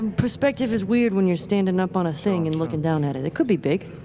perspective is weird when you're standing up on a thing and looking down at it. it could be big,